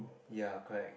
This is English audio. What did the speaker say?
ya correct